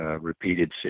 Repeated